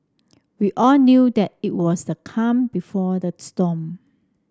we all knew that it was the calm before the storm